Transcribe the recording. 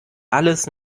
alles